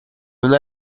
una